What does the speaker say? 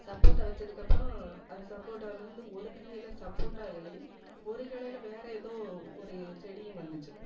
சப்போட்டா வச்சதுக்கப்புறம் அது சப்போட்டாலருந்து ஒரு கிளையில சப்போட்டா இலையும் ஒரு கிளையில வேறு ஏதோ ஒரு செடியும் வந்துச்சு